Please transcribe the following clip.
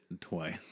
twice